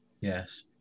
Yes